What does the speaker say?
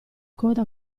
coda